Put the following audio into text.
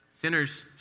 sinners